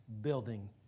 building